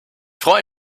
freue